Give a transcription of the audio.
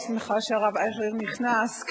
אני שמחה שהרב אייכלר נכנס,